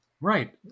Right